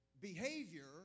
behavior